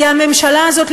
כי הממשלה הזאת,